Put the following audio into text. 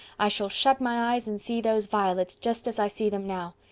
i shall shut my eyes and see those violets just as i see them now.